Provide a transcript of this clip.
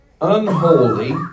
unholy